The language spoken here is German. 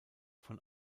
von